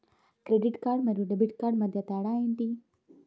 Credit card మరియు debit card మధ్య తేడా ఎంటి?